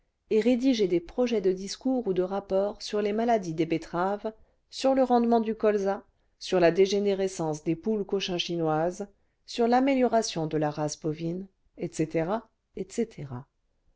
et rédiger des projets de discours ou cle rapports sur les maladies des betteraves sur le rendement du colza sur la dégénérescence des poules cochinchinoises sur l'amélioration de la race bovine etc etc